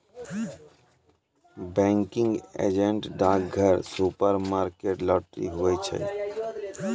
banking agent डाकघर, supermarket, lottery, हुवै छै